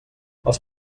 els